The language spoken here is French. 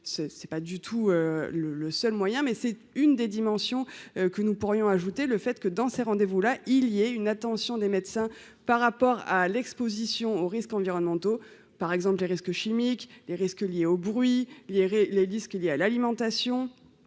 Ce c'est pas du tout le le seul moyen, mais c'est une des dimensions que nous pourrions ajouter le fait que dans ses rendez-vous là il y a une attention des médecins, par rapport à à l'Exposition aux risques environnementaux par exemple les risques chimiques, les risques liés au bruit hier et les disques qu'il y a l'alimentation